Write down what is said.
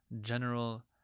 general